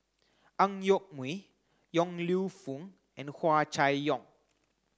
Ang Yoke Mooi Yong Lew Foong and Hua Chai Yong